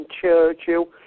Churchill